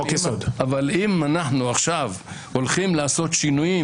אבל אם אנחנו עכשיו הולכים לעשות שינויים